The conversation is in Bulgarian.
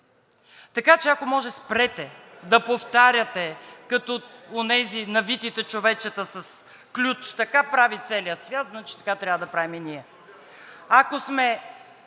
Така че ако може, спрете да повтаряте като онези навитите човечета с ключ: „Така прави целият свят, значи така трябва да правим и ние.“ Ако сме